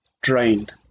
drained